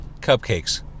Cupcakes